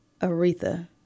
Aretha